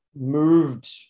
moved